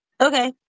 Okay